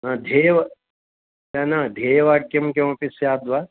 हा ध्येयं वा न न ध्येयवाक्यं किमपि स्याद्वा